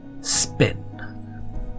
spin